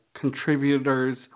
contributors